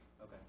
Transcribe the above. Okay